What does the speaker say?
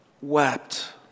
wept